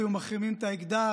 היו מחרימים את האקדח,